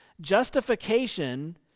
justification